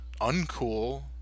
uncool